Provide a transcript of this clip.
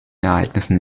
ereignissen